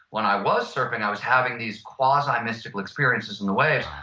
when i was surfing i was having these quasi mystical experiences in the waves.